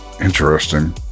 Interesting